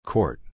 Court